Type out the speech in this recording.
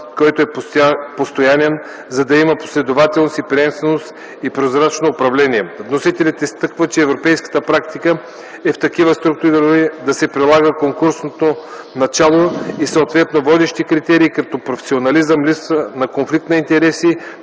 който е постоянен, за да има последователност и приемственост и прозрачно управление. Вносителят изтъкна, че Европейската практиката е в такива структури да се прилага конкурсното начало и съответно водещи критерии като професионализъм, липса на конфликт на интереси